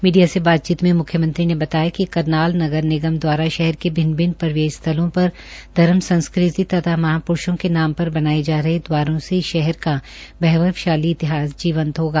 media से बातचीत में म्ख्यमंत्री ने बताया कि करनाल नगर निगम दवारा शहर के भिन्न भिन्न प्रवेश स्थलों पर धर्म संस्कृति तथा महापुरूषों के नाम पर बनाए जा रहे द्वारों से इस शहर का वैभवशाली इतिहास जीवंत होगा